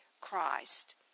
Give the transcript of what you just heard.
Christ